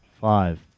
Five